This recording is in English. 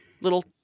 little